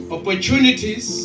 Opportunities